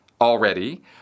already